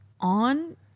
on